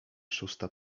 szósta